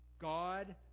God